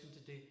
today